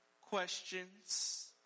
questions